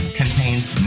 contains